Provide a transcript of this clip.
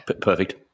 Perfect